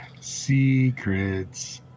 Secrets